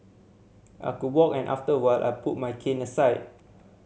I could walk and after a while I put my cane aside